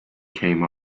came